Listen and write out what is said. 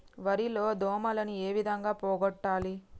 వరి లో దోమలని ఏ విధంగా పోగొట్టాలి?